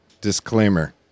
Disclaimer